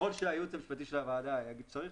ככל שהייעוץ המשפטי של הוועדה יגיד שצריך,